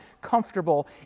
comfortable